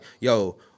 yo